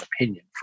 opinion